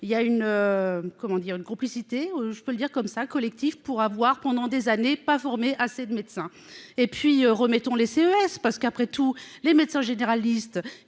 dire, une complicité, je peux le dire comme ça, collectif pour avoir pendant des années, pas formé assez de médecins et puis remettons les CES parce qu'après tout, les médecins généralistes